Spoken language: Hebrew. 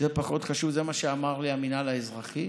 זה מה שאמר לי המינהל האזרחי.